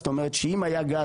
זאת אומרת שאם היה גז,